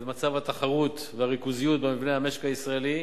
מצב התחרות והריכוזיות במבנה המשק הישראלי